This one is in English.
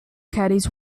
caddies